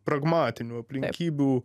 pragmatinių aplinkybių